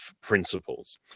principles